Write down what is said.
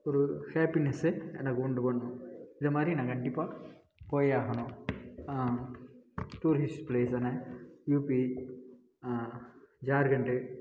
ஒரு ஹேப்பினஸு எனக்கு உண்டு பண்ணும் இது மாதிரி நான் கண்டிப்பாக போய் ஆகணும் டூரிஸ்ட் ப்ளேஸான யுபி ஜார்கண்டு